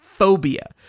Phobia